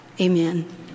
amen